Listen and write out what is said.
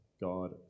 God